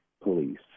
police